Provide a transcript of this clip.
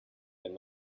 wenn